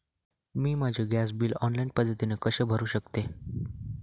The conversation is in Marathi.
मी माझे गॅस बिल ऑनलाईन पद्धतीने कसे भरु शकते?